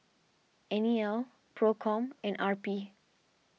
N E L Procom and R P